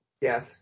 Yes